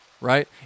right